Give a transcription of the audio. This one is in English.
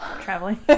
Traveling